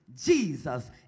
Jesus